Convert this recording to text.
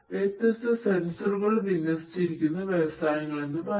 വ്യത്യസ്ത സെൻസറുകൾ വിന്യസിച്ചിരിക്കുന്ന വ്യവസായങ്ങൾ എന്ന് പറയാം